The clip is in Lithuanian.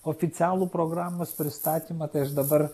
oficialų programos pristatymą tai aš dabar